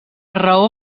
raó